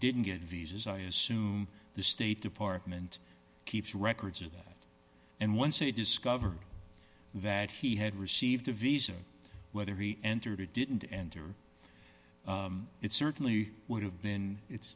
didn't get visas i assume the state department keeps records of that and once it discovered that he had received a visa whether he entered or didn't enter it certainly would have been it's